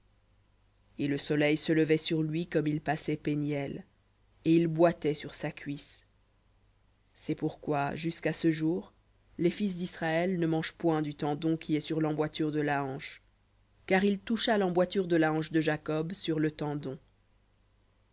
et le soleil se levait sur lui comme il passait peniel et il boitait sur sa cuisse cest pourquoi jusqu'à ce jour les fils d'israël ne mangent point du tendon qui est sur l'emboîture de la hanche car il toucha l'emboîture de la hanche de jacob sur le tendon